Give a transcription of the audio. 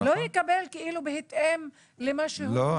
הוא לא יקבל בהתאם למה שהוא משתכר -- לא,